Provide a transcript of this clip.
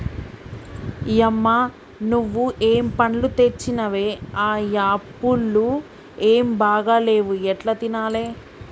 యమ్మ నువ్వు ఏం పండ్లు తెచ్చినవే ఆ యాపుళ్లు ఏం బాగా లేవు ఎట్లా తినాలే